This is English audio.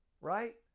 right